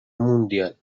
mundial